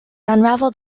unraveled